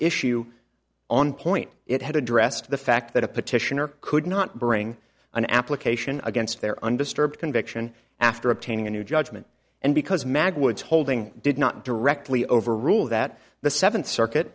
issue on point it had addressed the fact that a petitioner could not bring an application against their undisturbed conviction after obtaining a new judgment and because magwitch holding did not directly overrule that the seventh circuit